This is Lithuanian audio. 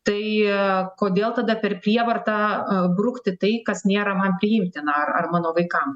tai kodėl tada per prievartą brukti tai kas nėra man priimtina ar ar mano vaikam